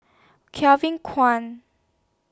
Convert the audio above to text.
Kevin Kwan